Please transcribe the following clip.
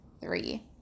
three